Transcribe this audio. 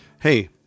Hey